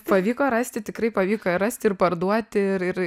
pavyko rasti tikrai pavyko rasti ir parduoti ir ir